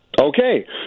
Okay